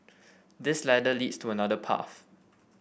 this ladder leads to another path